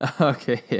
Okay